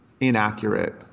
inaccurate